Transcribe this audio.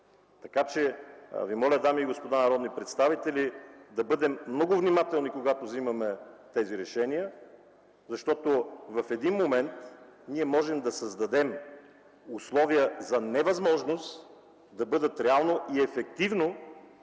да го обезсмисли. Дами и господа народни представители, моля ви да бъдем много внимателни, когато вземаме тези решения, защото в един момент можем да създадем условия за невъзможност да бъдат реално и ефективно